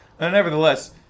Nevertheless